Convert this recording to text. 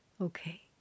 Okay